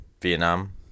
Vietnam